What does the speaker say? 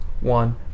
one